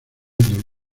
dolor